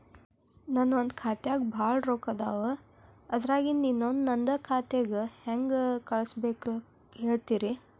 ನನ್ ಒಂದ್ ಖಾತ್ಯಾಗ್ ಭಾಳ್ ರೊಕ್ಕ ಅದಾವ, ಅದ್ರಾಗಿಂದ ಇನ್ನೊಂದ್ ನಂದೇ ಖಾತೆಗೆ ಹೆಂಗ್ ಕಳ್ಸ್ ಬೇಕು ಹೇಳ್ತೇರಿ?